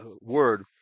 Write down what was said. word